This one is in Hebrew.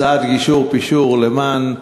הצעת גישור-פישור למען,